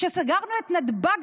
כשסגרנו את נתב"ג,